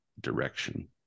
direction